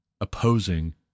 opposing